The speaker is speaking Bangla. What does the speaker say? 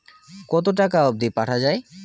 কতো টাকা অবধি পাঠা য়ায়?